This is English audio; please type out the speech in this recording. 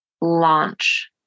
launch